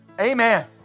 Amen